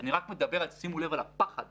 אמר הממונה על התקציבים באוצר.